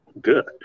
good